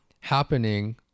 happening